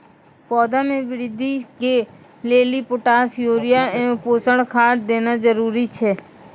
पौधा मे बृद्धि के लेली पोटास यूरिया एवं पोषण खाद देना जरूरी छै?